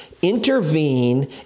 intervene